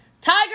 Tiger